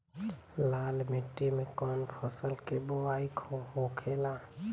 लाल मिट्टी में कौन फसल के बोवाई होखेला?